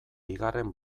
bigarren